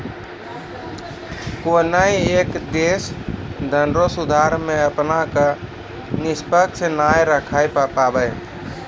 कोनय एक देश धनरो सुधार मे अपना क निष्पक्ष नाय राखै पाबै